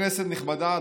כנסת נכבדה,